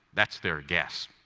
that's their guess.